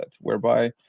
whereby